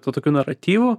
tuo tokiu naratyvu